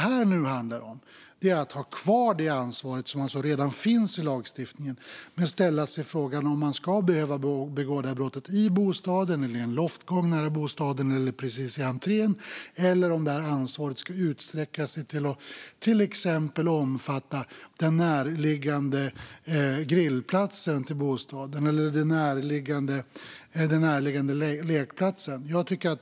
Förslaget handlar om att ha kvar det ansvar som alltså redan finns i lagstiftningen men ställa sig frågan om brottet ska ske i bostaden, i en loftgång nära bostaden, i entrén, eller om ansvaret ska utsträcka sig till att till exempel omfatta den närliggande grillplatsen till bostaden eller den närliggande lekplatsen.